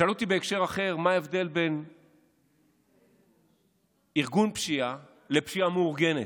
שאלו אותי בהקשר אחר מה ההבדל בין ארגון פשיעה לפשיעה מאורגנת.